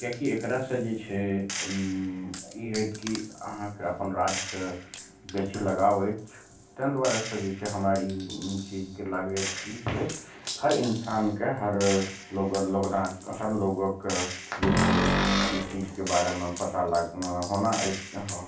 किएकि एकरा सऽ जे छै ई होएत की आहाँके अपन राज्य सऽ बेसी लगाव अछि तैँ दुआरे से जे छै हमरा ई चीजके लागैत की जे हर इंसानके हर लोग लोगन हर लोगोकए जे छै ई चीज के बारे मे पता लाग होना अइछ एहाँ